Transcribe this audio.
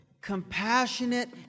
compassionate